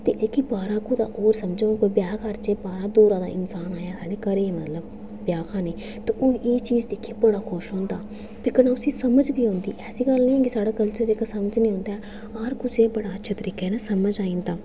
जेह्की बरात होऐ होर समझो ब्याह् कारजै गी बरात होऐ इंसान आया घरै गी मतलब ब्याह खाने ई ते ओह् एह् चीज़ दिक्खियै बड़ा खुश होंदा ते कन्नै उसी समझ बी औंदी ऐसी गल्ल निं ऐ उसी निं औंदी ऐ साढ़ा कल्चर जेह्ड़ा समझ निं औंदा ऐ हर कुसै ई बड़े अच्छे तरीकै कन्नै समझ आई जंदा